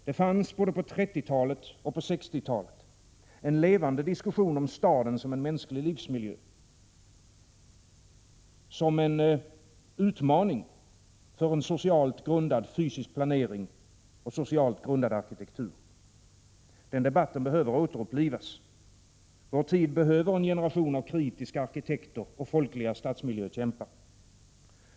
Det fanns på 30 och 60-talen en levande diskussion om staden som en mänsklig livsmiljö, som en utmaning för en socialt grundad fysisk planering och arkitektur. Den debatten behöver återupplivas. Vår tid behöver en generation av kritiska arkitekter och folkliga stadsmiljökämpar.